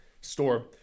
store